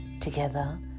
Together